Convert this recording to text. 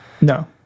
No